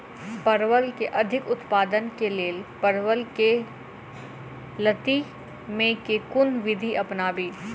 परवल केँ अधिक उत्पादन केँ लेल परवल केँ लती मे केँ कुन विधि अपनाबी?